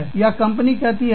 या कंपनी कहती है